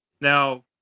Now